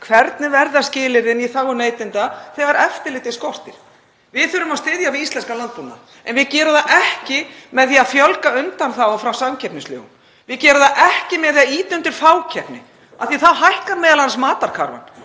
Hvernig verða skilyrðin í þágu neytenda þegar eftirlitið skortir? Við þurfum að styðja við íslenskan landbúnað en við gerum það ekki með því að fjölga undanþágum frá samkeppnislögum. Við gerum það ekki með því að ýta undir fákeppni af því að þá hækkar m.a. matarkarfan.